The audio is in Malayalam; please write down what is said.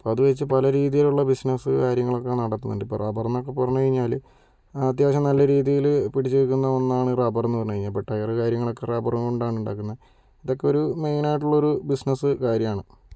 അത് വെച്ച് പല രീതിയിലുള്ള ബിസിനസ്സു കാര്യങ്ങളൊക്കെ നടക്കുന്നുണ്ട് ഇപ്പോൾ റബ്ബറെന്നൊക്കെ പറഞ്ഞു കഴിഞ്ഞാൽ അത്യാവശ്യം നല്ല രീതിയിൽ പിടിച്ചുനിൽക്കുന്ന ഒന്നാണ് റബ്ബറെന്ന് പറഞ്ഞുകഴിഞ്ഞാൽ ഇപ്പോൾ ടയർ കാര്യങ്ങളൊക്കെ റബ്ബർ കൊണ്ടാണ് ഉണ്ടാക്കുന്നത് ഇതൊക്കെ ഒരു മെയിൻ ആയിട്ടുള്ളൊരു ബിസിനസ് കാര്യമാണ്